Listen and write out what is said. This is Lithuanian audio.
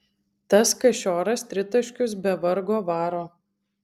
tas kašioras tritaškius be vargo varo